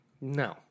No